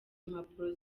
impapuro